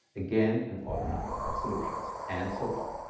again an odd number of solutions. and so on.